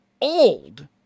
old